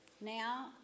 now